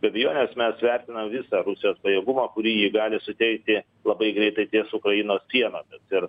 be abejonės mes vertinam visą rusijos pajėgumą kurį ji gali sutelkti labai greitai ties ukrainos sienomis ir